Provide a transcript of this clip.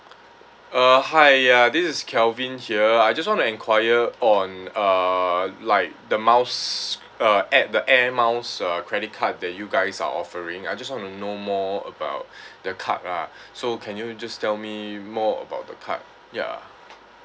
uh hi ya this is kelvin here I just want to enquire on uh like the miles uh air the air miles uh credit card that you guys are offering I just want to know more about the card ah so can you just tell me more about the card ya